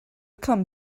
come